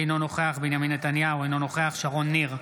אינו נוכח בנימין נתניהו, אינו נוכח שרון ניר,